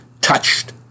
touched